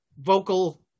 vocal